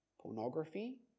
Pornography